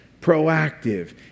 proactive